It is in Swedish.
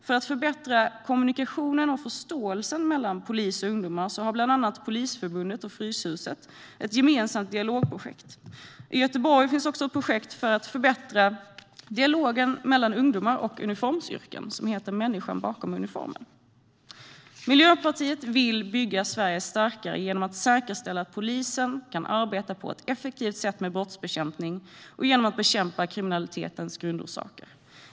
För att förbättra kommunikationen och förståelsen mellan polis och ungdomar har bland annat Polisförbundet och Fryshuset ett gemensamt dialogprojekt. I Göteborg finns också projektet Människan bakom uniformen, som har till syfte att förbättra dialogen mellan ungdomar och personer i uniformsyrken. Miljöpartiet vill bygga Sverige starkare genom att säkerställa att polisen kan arbeta på ett effektivt sätt med brottsbekämpning och genom att bekämpa kriminalitetens grundorsaker.